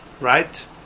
Right